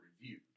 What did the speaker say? reviewed